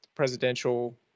presidential